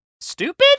stupid